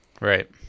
Right